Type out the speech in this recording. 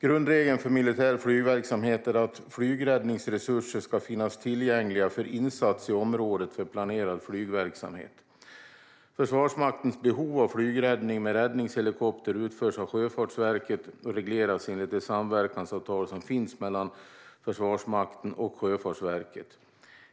Grundregeln för militär flygverksamhet är att flygräddningsresurser ska finnas tillgängliga för insats i området för planerad flygverksamhet. Försvarsmaktens behov av flygräddning med räddningshelikopter utförs av Sjöfartsverket och regleras enligt det samverkansavtal som finns mellan Försvarsmakten och Sjöfartsverket.